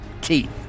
teeth